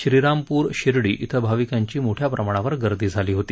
श्रीरामपूर शिर्डी इथं भाविकांची मोठ्या प्रमाणावर गर्दी झाली होती